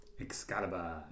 Excalibur